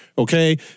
Okay